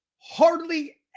hardly